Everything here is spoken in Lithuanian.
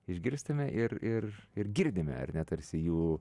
išgirstame ir ir ir girdime ar ne tarsi jų